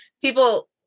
people